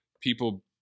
people